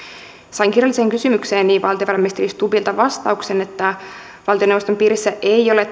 sain kirjalliseen kysymykseeni valtiovarainministeri stubbilta vastauksen että valtioneuvoston piirissä ei ole